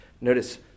notice